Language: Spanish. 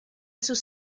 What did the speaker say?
sus